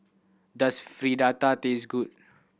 does Fritada taste good